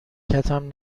کتم